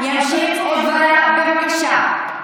חבר הכנסת איתמר בן גביר,